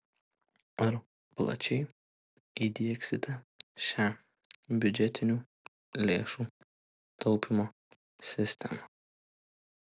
ar plačiai įdiegsite šią biudžetinių lėšų taupymo sistemą